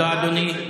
תודה, אדוני.